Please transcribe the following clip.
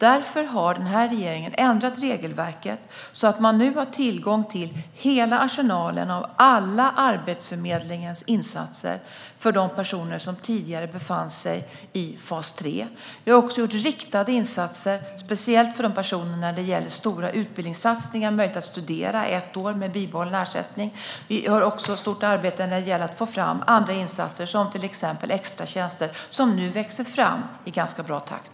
Därför har denna regering ändrat regelverket, så att de personer som tidigare befann sig i fas 3 nu har tillgång till Arbetsförmedlingens hela arsenal av insatser. Vi har också gjort riktade insatser, speciellt för de personer som behöver stora utbildningssatsningar. De får möjlighet att studera ett år med bibehållen ersättning. Vi gör också ett stort arbete när det gäller att få fram andra insatser, till exempel extratjänster, som nu växer fram i ganska bra takt.